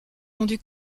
rendu